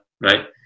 right